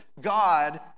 God